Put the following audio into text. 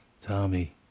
Tommy